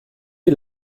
est